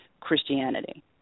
Christianity